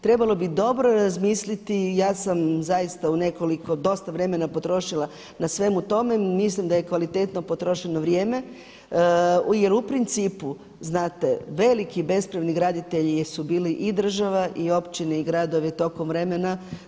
Trebalo bi dobro razmisliti i ja sam zaista u nekoliko dosta vremena potrošila na svemu tome, mislim da je kvalitetno potrošeno vrijeme jer u principu znate veliki bespravni graditelji jesu bili i država i općine i gradovi tokom vremena.